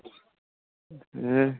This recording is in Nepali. ए